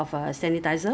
!wah! 这样好